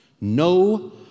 no